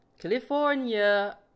California